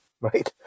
right